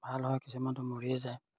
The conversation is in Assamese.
ভাল হয় কিছুমানটো মৰিয়ে যায়